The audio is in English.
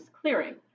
clearing